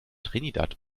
trinidad